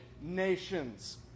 nations